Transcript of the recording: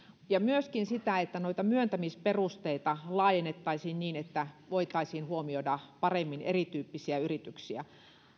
ja myöskin sitä että noita myöntämisperusteita laajennettaisiin niin että voitaisiin huomioida paremmin erityyppisiä yrityksiä